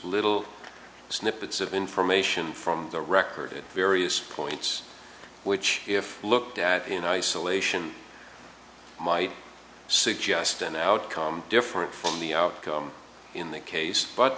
little snippets of information from the record various points which if looked at in isolation might suggest an outcome different from the outcome in that case but